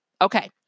Okay